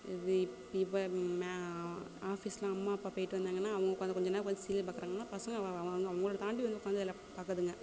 இது இப் இப்போ மே ஆஃபிஸ்லாம் அம்மா அப்பா போயிட்டு வந்தாங்கன்னா அவங்க உட்காந்து கொஞ்ச நேரம் கொஞ்சம் சீரியல் பார்க்குறாங்கன்னா பசங்க அவ அவ அவ அவர்கள தாண்டி வந்து உட்காந்து அதில் பார்க்குதுங்க